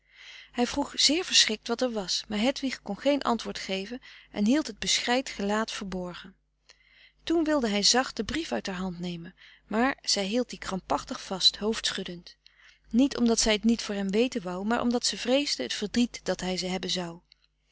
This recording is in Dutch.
hij vroeg zeer verschrikt wat er was maar hedwig kon geen antwoord geven en hield het beschreid gelaat verborgen toen wilde hij zacht den brief uit haar hand nemen maar zij hield dien krampachtig vast hoofdschuddend niet omdat zij t niet voor hem weten wou maar omdat frederik van eeden van de koele meren des doods ze vreesde t verdriet dat hij hebben zou